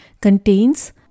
contains